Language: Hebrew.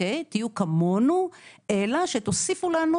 תהיו כמונו אלא שתוסיפו לנו,